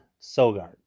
Sogard